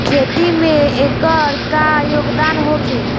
खेती में एकर का योगदान होखे?